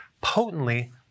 potently